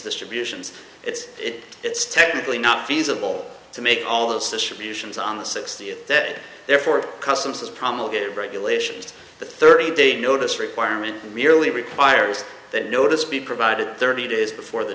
distributions it's it it's technically not feasible to make all the situations on the sixty it therefore customs promulgated regulations the thirty day notice requirement merely requires that notice be provided thirty days before the